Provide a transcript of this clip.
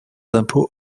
impôts